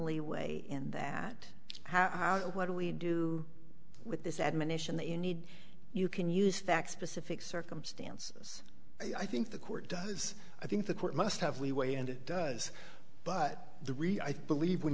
leeway in that how what do we do with this admonition that you need you can use that specific circumstances i think the court does i think the court must have leeway and it does but the real believe when